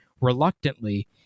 Reluctantly